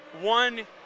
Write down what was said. one